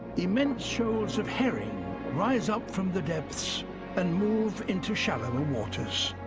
immense shoals of herring rise up from the depths and move into shallower waters.